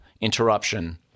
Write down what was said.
interruption